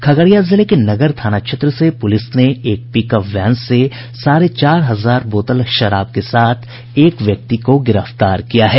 खगड़िया जिले के नगर थाना क्षेत्र से पुलिस ने एक पिकअप वैन से साढ़े चार हजार बोतल शराब के साथ एक व्यक्ति को गिरफ्तार किया है